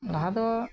ᱞᱟᱦᱟ ᱫᱚ